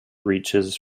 reaches